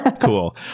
Cool